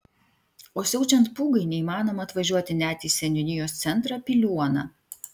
o siaučiant pūgai neįmanoma atvažiuoti net į seniūnijos centrą piliuoną